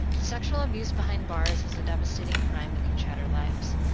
sexual abuse behind bars is a devastating crime that can shatter lives,